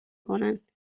کنن